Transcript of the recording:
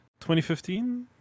2015